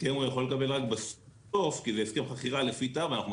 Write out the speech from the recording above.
הסכם הוא יכול לקבל רק בסוף כי זה הסכם חכירה לפי תמ"א.